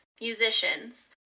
musicians